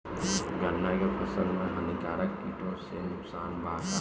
गन्ना के फसल मे हानिकारक किटो से नुकसान बा का?